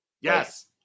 Yes